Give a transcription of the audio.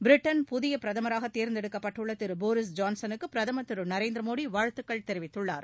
Britain புதிய பிரதமராக தேர்ந்தெடுக்கப்பட்டுள்ள திரு போரிஸ் ஜான்ஸனுக்கு பிரதமர் திரு நரேந்திரமோடி வாழ்த்துக்கள் தெரிவித்துள்ளார்